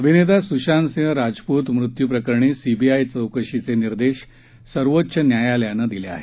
अभिनेता सुशांतसिंह राजपूत मृत्यू प्रकरणी सीबीआय चौकशीचे निर्देश सर्वोच्च न्यायालयाने दिले आहेत